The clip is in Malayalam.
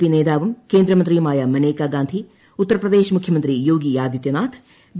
പി നേതാവും കേന്ദ്രമന്ത്രിയുമായ മന്നേക്കാ ഗാന്ധി ഉത്തർപ്രദേശ് മുഖ്യമന്ത്രി യോഗി ആദിത്യനാഥ് ബി